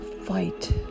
fight